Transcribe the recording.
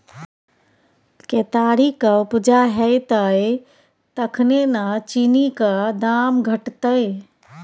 केतारीक उपजा हेतै तखने न चीनीक दाम घटतै